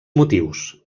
motius